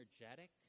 energetic